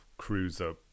cruiser